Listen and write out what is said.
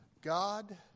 God